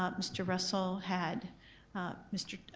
um mr. russell had mr.